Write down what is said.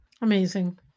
Amazing